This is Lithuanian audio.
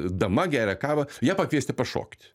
dama geria kavą ją pakviesti pašokti